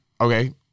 Okay